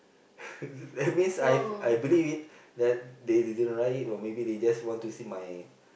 that means I've I believe it that they they didn't write it or they just want to see my